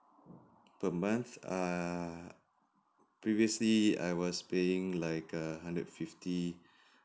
per month err previously I was paying like a hundred fifty